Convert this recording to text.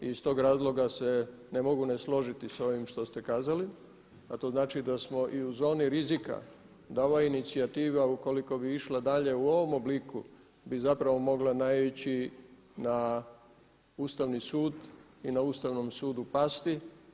I iz tog razloga se ne mogu ne složiti sa ovim što ste kazali a to znači da smo i u zoni rizika, da ova inicijativa ukoliko bi išla dalje u ovom obliku bi zapravo mogla naići na ustavni sud i na Ustavnom sudu pasti.